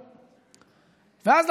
ואז,